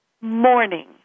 morning